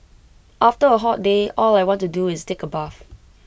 after A hot day all I want to do is take A bath